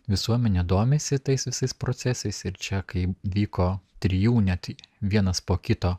visuomenė domisi tais visais procesais ir čia kai vyko trijų net vienas po kito